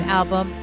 album